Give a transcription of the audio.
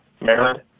Maryland